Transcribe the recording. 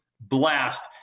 blast